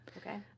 Okay